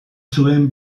zuen